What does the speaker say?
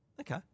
Okay